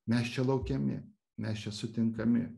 mes čia laukiami mes čia sutinkami